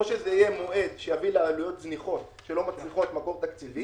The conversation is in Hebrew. או שזה יהיה מועד שיביא לעלויות זניחות שלא מצריכות מקור תקציבי.